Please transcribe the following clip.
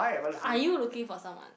are you looking for someone